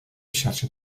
xarxa